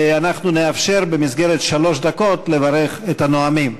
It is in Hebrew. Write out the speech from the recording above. ואנחנו נאפשר במסגרת שלוש דקות לברך את הנואמים.